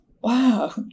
wow